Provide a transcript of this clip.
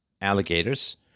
alligators